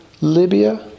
Libya